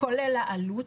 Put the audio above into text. כולל העלות.